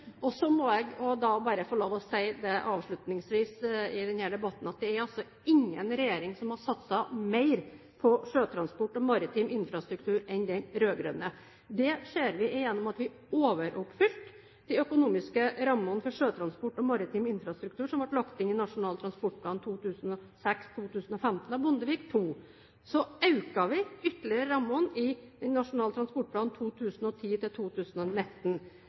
bare få lov til å si: Det er ingen regjering som har satset mer på sjøtransport og maritim infrastruktur enn den rød-grønne. Det ser vi ved at vi overoppfyller de økonomiske rammene for sjøtransport og maritim infrastruktur som ble lagt inn i Nasjonal transportplan 2006–2015 av Bondevik II. Så økte vi rammene ytterligere i Nasjonal transportplan